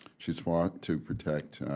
she's fought to protect